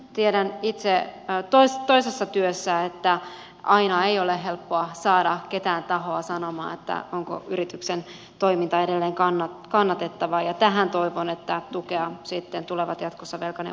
tiedän itse toisesta työstä että aina ei ole helppoa saada ketään tahoa sanomaan onko yrityksen toiminta edelleen kannattavaa ja toivon että velkaneuvojat sitten tulevat jatkossa saamaan tähän tukea